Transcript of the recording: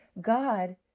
God